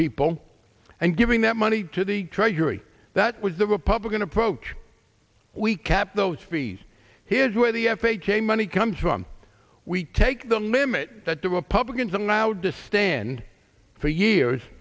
people and giving that money to the treasury that was the republican approach we kept those fees here's where the f h a money comes from we take the limit that the republicans are now deceased and for years